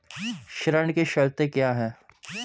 ऋण की शर्तें क्या हैं?